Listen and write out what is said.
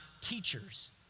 teachers